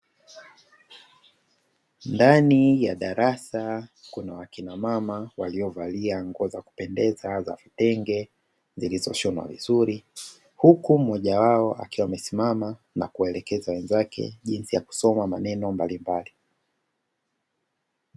Ndani ya darasa kuna wakinamama waliovalia nguo za kupendeza za vitenge zilizoshonwa vizuri huku mmoja wao akiwa amesimama na kuwaelekeza wenzake jinsi ya kusoma maneno mbalimbali.